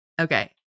Okay